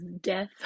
death